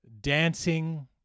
dancing